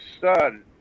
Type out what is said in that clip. son